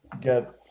get